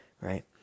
right